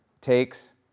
takes